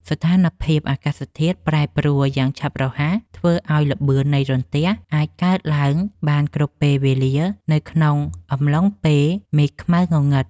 ស្ថានភាពអាកាសធាតុប្រែប្រួលយ៉ាងឆាប់រហ័សធ្វើឱ្យល្បឿននៃរន្ទះអាចកើតឡើងបានគ្រប់ពេលវេលានៅក្នុងអំឡុងពេលមេឃខ្មៅងងឹត។